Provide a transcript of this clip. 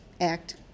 act